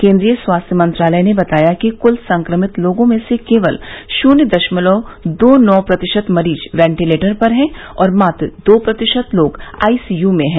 केन्द्रीय स्वास्थ्य मंत्रालय ने बताया कि कुल संक्रमित लोगों में से केवल शून्य दशमलव दो नौ प्रतिशत मरीज वेंटिलेटर पर हैं और मात्र दो प्रतिशत लोग आईसीयू में हैं